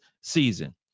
season